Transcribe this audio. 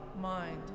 mind